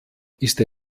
ist